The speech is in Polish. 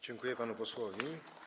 Dziękuję panu posłowi.